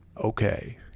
okay